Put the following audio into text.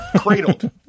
Cradled